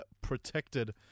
protected